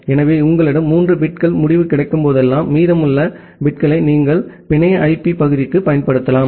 எனவே உங்களிடம் 3 பிட்கள் முடிவு கிடைக்கும்போதெல்லாம் மீதமுள்ள பிட்களை நீங்கள் பிணைய ஐபி பகுதிக்கு பயன்படுத்தலாம்